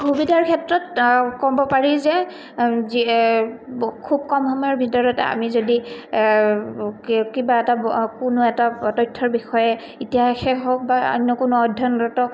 অসুবিধাৰ ক্ষেত্ৰত ক'ব পাৰি যে য খুব কম সময়ৰ ভিতৰত আমি যদি কিবা এটা কোনো এটা তথ্যৰ বিষয়ে ইতিহাসে হওক বা অন্য কোনো অধ্যয়নগত